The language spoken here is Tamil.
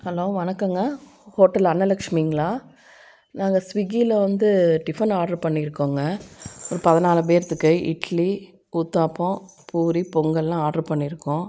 ஹலோ வணக்கம்ங்க ஹோட்டல் அன்னலக்ஷ்மிங்களா நாங்கள் ஸ்விகியில வந்து டிஃபன் ஆர்ட்ரு பண்ணி இருக்கோங்க ஒரு பதினாலு பேர்த்துக்கு இட்லி ஊத்தாப்பம் பூரி பொங்கல் எல்லாம் ஆர்ட்ரு பண்ணி இருக்கோம்